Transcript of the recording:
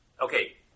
Okay